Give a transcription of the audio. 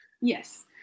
Yes